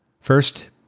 First